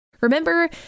Remember